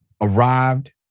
arrived